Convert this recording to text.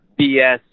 BS